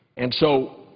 and so